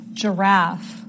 giraffe